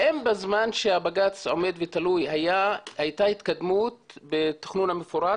האם בזמן שהבג"צ עומד ותלוי הייתה התקדמות בתכנון המפורט?